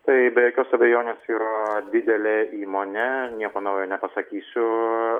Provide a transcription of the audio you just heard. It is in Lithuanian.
tai be jokios abejonės yra didelė įmonė nieko naujo nepasakysiu